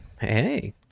Hey